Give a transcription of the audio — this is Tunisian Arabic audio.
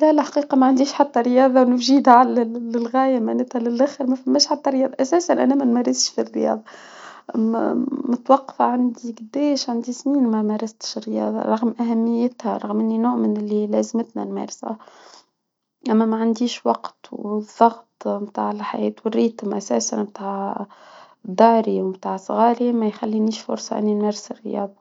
لا لا الحقيقة ما عنديش حق رياضة نجيدها للغاية اساسا انا ما نمارسش الرياضة. متوقفة عند قداش عندي سنين ما مارست الرياضة رغم اهميتها رغم ان نوع من اللي لازمتنا المعرفة. انا ما عنديش وقت والضغط بتاع الحياة والرتم اساسا داري وبتاع صغاري ميخلينيش فرصة اني نمارس الرياضة